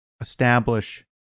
establish